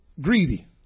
greedy